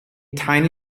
tiny